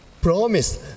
promise